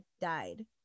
died